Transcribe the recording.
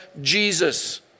Jesus